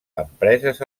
empreses